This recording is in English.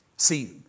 See